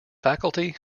faculty